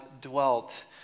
dwelt